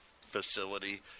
facility